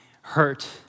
hurt